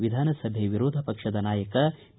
ವಿಧಾನಸಭೆ ವಿರೋಧ ಪಕ್ಷದ ನಾಯಕ ಬಿ